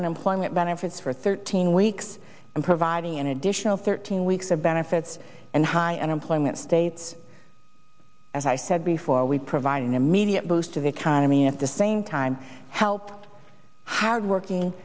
unemployment benefits for thirteen weeks and providing an additional thirteen weeks of benefits and high unemployment states as i said before we provide an immediate boost to the economy at the same time help hardworking